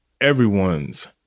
everyone's